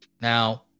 Now